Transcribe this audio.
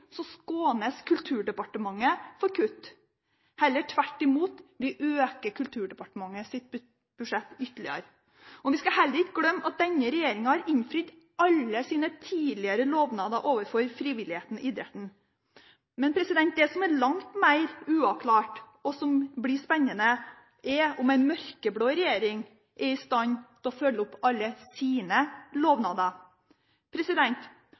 skånes Kulturdepartementet for kutt – det er heller tvert imot: Vi øker Kulturdepartementets budsjett ytterligere. Vi skal heller ikke glemme at denne regjeringen har innfridd alle sine tidligere lovnader overfor frivilligheten og idretten. Det som er langt mer uavklart – og som blir spennende – er om en mørkeblå regjering er i stand til å følge opp alle sine